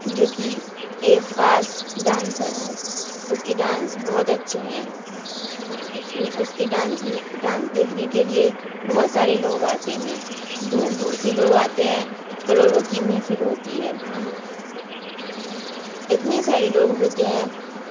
جو کہ ایک خاص ڈانسر ہے اس کے ڈانس بہت اچھے ہیں اس میں اس کے ڈانس میں ڈانس دیکھنے کے لیے بہت سارے لوگ آتے ہیں دور دور سے لوگ آتے ہیں کروڑوں کی محفل ہوتی ہے اتنے سارے لوگ ہوتے ہیں